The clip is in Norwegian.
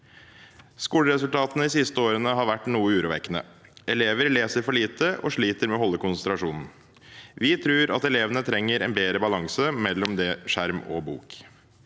Skoleresultatene de siste årene har vært noe urovekkende. Elever leser for lite og sliter med å holde konsentrasjonen. Vi tror at elevene trenger en bedre balanse mellom skjerm og bok.